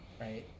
right